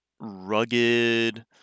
rugged